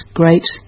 great